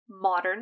modern